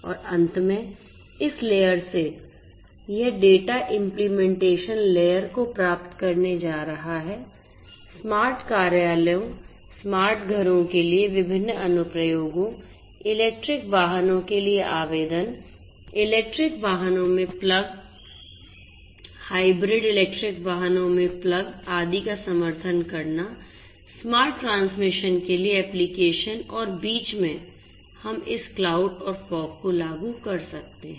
और अंत में इस लेयर से यह डेटा इम्प्लीमेंटेशन लेयर को प्राप्त करने जा रहा है स्मार्ट कार्यालयों स्मार्ट घरों के लिए विभिन्न अनुप्रयोगों इलेक्ट्रिक वाहनों के लिए आवेदन इलेक्ट्रिक वाहनों में प्लग हाइब्रिड इलेक्ट्रिक वाहनों में प्लग आदि का समर्थन करना स्मार्ट ट्रांसमिशन के लिए एप्लिकेशन और बीच में हम इस क्लाउड और फोग को लागू कर सकते हैं